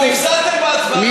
אז הפסדתם בהצבעה, מה זה קשור?